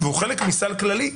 והוא חלק מסל כללי,